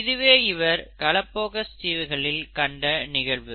இதுவே இவர் களபகோஸ் தீவுகளில் கண்ட நிகழ்வு